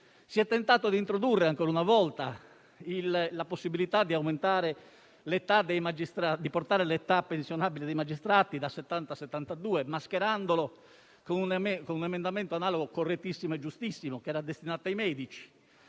Si è tentato poi di introdurre, ancora una volta, la possibilità di portare l'età pensionabile dei magistrati da settanta a settantadue anni, mascherandolo con un emendamento analogo, correttissimo e giustissimo, che era destinato ai medici.